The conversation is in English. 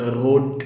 road